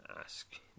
ask